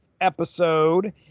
episode